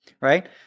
right